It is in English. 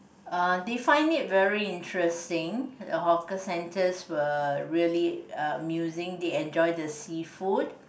uh they find it very interesting the hawker centres were really err musing they enjoyed the seafood